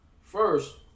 first